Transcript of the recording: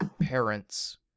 parents